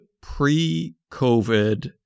pre-COVID